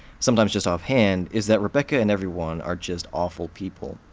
sometimes just off-hand, is that rebecca and everyone are just awful people.